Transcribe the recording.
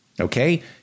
Okay